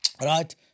right